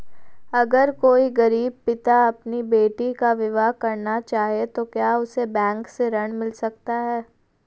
अगर कोई गरीब पिता अपनी बेटी का विवाह करना चाहे तो क्या उसे बैंक से ऋण मिल सकता है?